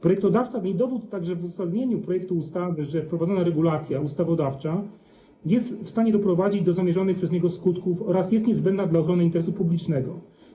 Projektodawca nie dowiódł także w uzasadnieniu projektu ustawy, że wprowadzona regulacja ustawodawcza jest w stanie doprowadzić do zamierzonych przez niego skutków oraz jest niezbędna dla ochrony interesu publicznego.